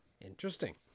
Interesting